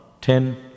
Ten